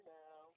now